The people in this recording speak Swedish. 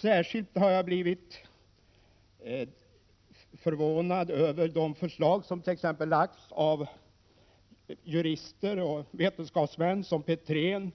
Särskilt har jag blivit förvånad över de förslag som lagts fram av jurister och vetenskapsmän såsom Gustaf Petrén, Johan